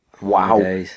wow